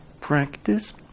practice